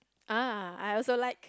ah I also like